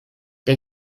der